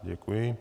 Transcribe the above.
Děkuji.